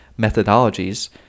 methodologies